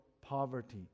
poverty